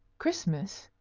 christmas,